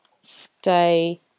stay